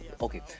okay